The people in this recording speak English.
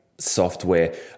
software